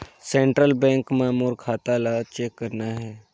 Central Bank मां मोर खाता ला चेक करना हे?